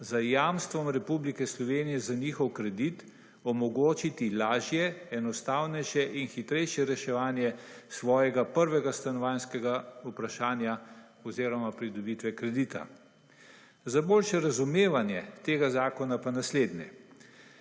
z jamstvom Republike Slovenije za njihov kredit omogočiti lažje, enostavnejše in hitrejše reševanje svojega prvega stanovanjskega vprašanja oziroma pridobitve kredita. Za boljše razumevanje tega zakona pa naslednje.